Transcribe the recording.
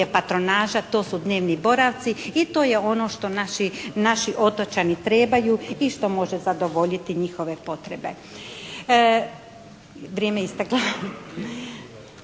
patronaža, to su dnevni boravci i to je ono što naši otočani trebaju i što može zadovoljiti njihove potrebe. Vrijeme je isteklo?